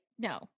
no